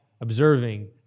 observing